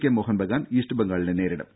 K Mohun Bagan East ബംഗാളിനെ നേരിടും